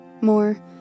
more